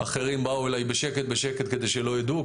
אחרים באו אליי בשקט-בשקט כדי שלא ידעו,